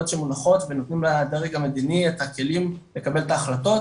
שמונחות ונותנים לדרג המדיני את הכלים לקבל את ההחלטות.